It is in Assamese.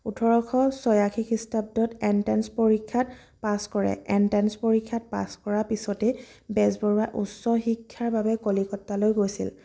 ওঠৰশ ছয়াশী খ্ৰীষ্টাব্দত এনট্ৰেঞ্চ পৰীক্ষাত পাছ কৰে এনট্ৰেঞ্চ পৰীক্ষাত পাছ কৰা পিছতেই বেজবৰুৱা উচ্চশিক্ষাৰ বাবে কলিকতালৈ গৈছিল